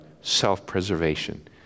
self-preservation